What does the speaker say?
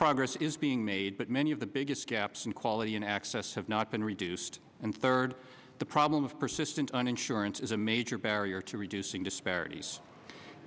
progress is being made but many of the biggest gaps in quality and access have not been reduced and third the problem of persistent on insurance is a major barrier to reducing disparities